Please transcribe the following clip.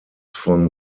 von